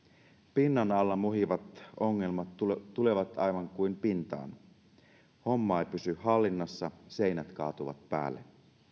pinnan alla muhivat ongelmat tulevat tulevat aivan kuin pintaan homma ei pysy hallinnassa seinät kaatuvat päälle